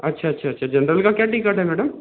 अच्छा अच्छा अच्छा जनरल का क्या टिकट है मैडम